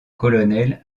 colonel